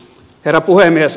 herra puhemies